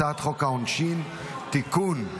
הצעת חוק העונשין (תיקון,